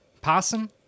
Possum